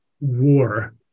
war